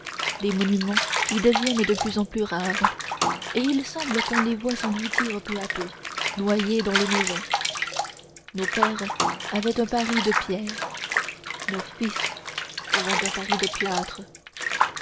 les monuments y deviennent de plus en plus rares et il semble qu'on les voie s'engloutir peu à peu noyés dans les maisons nos pères avaient un paris de pierre nos fils auront un paris de plâtre